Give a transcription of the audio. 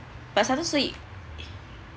but sometimes we